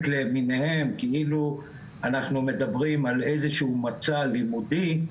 למיניהם כאילו אנחנו מדברים על איזשהו מצג לימודי,